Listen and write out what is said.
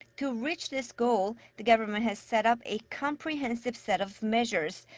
to reach this goal. the government has set up a comprehensive set of measures.